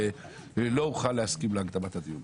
אנחנו מחדשים את הדיון.